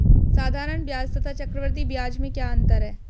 साधारण ब्याज तथा चक्रवर्धी ब्याज में क्या अंतर है?